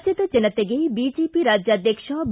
ರಾಜ್ಯದ ಜನತೆಗೆ ಬಿಜೆಪಿ ರಾಜ್ಯಾಧ್ವಕ್ಷ ಬಿ